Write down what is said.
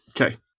Okay